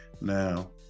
Now